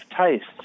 tastes